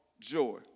joy